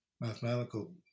mathematical